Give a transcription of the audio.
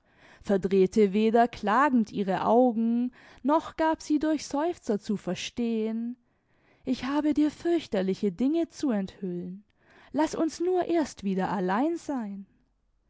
verdrehte weder klagend ihre augen noch gab sie durch seufzer zu verstehen ich habe dir fürchterliche dinge zu enthüllen laß uns nur erst wieder allein sein